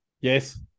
Yes